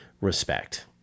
respect